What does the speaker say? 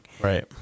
Right